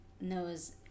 knows